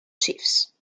chiefs